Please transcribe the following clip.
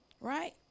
Right